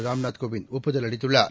ராம்நாத் கோவிந்த் ஒப்புதல் அளித்துள்ளார்